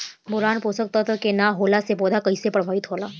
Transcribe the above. Boron पोषक तत्व के न होला से पौधा कईसे प्रभावित होला?